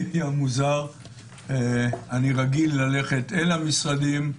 היה מוזר - אני רגיל ללכת אל המשרדים,